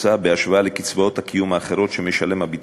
בהשוואה לקצבאות הקיום האחרות שמשלם הביטוח הלאומי: